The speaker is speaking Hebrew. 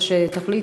איך שתחליטי.